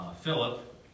Philip